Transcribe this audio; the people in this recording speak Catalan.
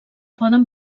poden